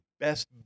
best